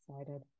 Excited